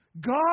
God